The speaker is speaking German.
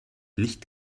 nicht